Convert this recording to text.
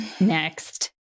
Next